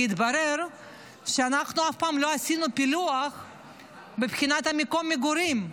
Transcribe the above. כי התברר שאנחנו אף פעם לא עשינו פילוח מבחינת מקום המגורים.